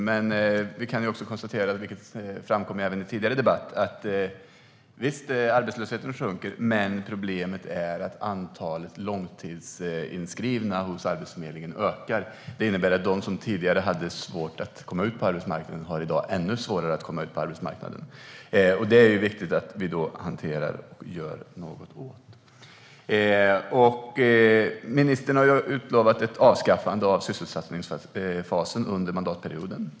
Men vi kan också konstatera - vilket framkom även i en tidigare debatt - att trots att arbetslösheten sjunker har vi ett problem med att antalet långtidsinskrivna hos Arbetsförmedlingen ökar. Det innebär att de som tidigare hade svårt att komma ut på arbetsmarknaden i dag har det ännu svårare. Det är viktigt att vi hanterar detta och gör något åt det. Ministern har utlovat ett avskaffande av sysselsättningsfasen under mandatperioden.